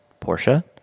Porsche